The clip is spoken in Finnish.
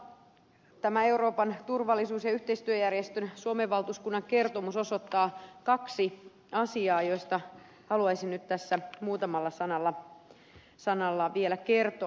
minusta tämä euroopan turvallisuus ja yhteistyöjärjestön suomen valtuuskunnan kertomus osoittaa kaksi asiaa joista haluaisin nyt tässä muutamalla sanalla vielä kertoa